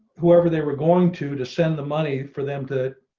whoever they were going to descend the money for them to